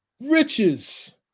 riches